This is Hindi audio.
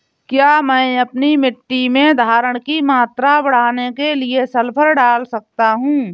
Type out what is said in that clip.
क्या मैं अपनी मिट्टी में धारण की मात्रा बढ़ाने के लिए सल्फर डाल सकता हूँ?